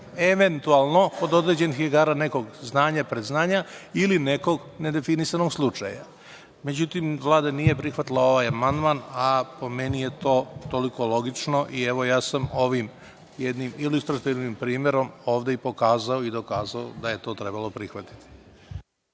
eventualno kod određenih igara nekog znanja, predznanja, ili nekog nedefinisanog slučaja.Međutim, Vlada nije prihvatila ovaj amandman, a po meni je to toliko logično i ja sam ovim jednim primerom ovde i pokazao i dokazao da je to trebalo prihvatiti.